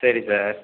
சரி சார்